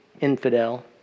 infidel